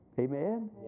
Amen